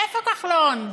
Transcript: איפה כחלון?